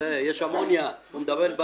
אבל למה לא לאפשר לכם לקבוע